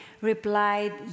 replied